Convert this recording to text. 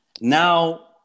Now